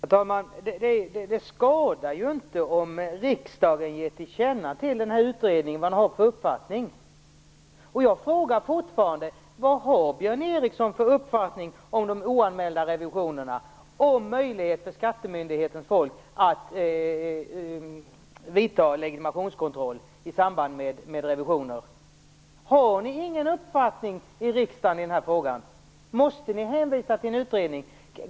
Herr talman! Det skadar ju inte om riksdagen ger den här utredningen till känna vad man har för uppfattning. Jag frågar fortfarande: Vad har Björn Ericson för uppfattning om de oanmälda revisionerna och om möjligheten för skattemyndighetens folk att utföra legitimationskontroll i samband med revisioner? Har socialdemokraterna i riksdagen ingen uppfattning i den här frågan? Måste de hänvisa till en utredning?